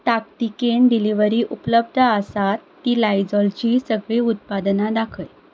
ताकतिकेन डिलिवरी उपलब्द आसात तीं लायजॉलचीं सगळीं उत्पादनां दाखय